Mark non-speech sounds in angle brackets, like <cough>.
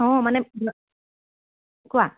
অঁ মানে <unintelligible> কোৱা